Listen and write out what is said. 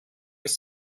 ist